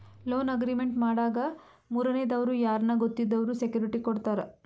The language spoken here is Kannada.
ಲೋನ್ ಅಗ್ರಿಮೆಂಟ್ ಮಾಡಾಗ ಮೂರನೇ ದವ್ರು ಯಾರ್ನ ಗೊತ್ತಿದ್ದವ್ರು ಸೆಕ್ಯೂರಿಟಿ ಕೊಡ್ತಾರ